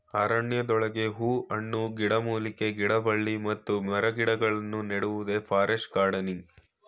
ಅರಣ್ಯದೊಳಗೆ ಹೂ ಹಣ್ಣು, ಗಿಡಮೂಲಿಕೆ, ಗಿಡಬಳ್ಳಿ ಮರಗಿಡಗಳನ್ನು ನೆಡುವುದೇ ಫಾರೆಸ್ಟ್ ಗಾರ್ಡನ್